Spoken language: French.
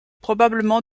probablement